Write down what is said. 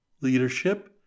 leadership